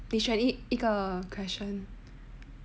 你选一个 question